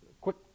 quick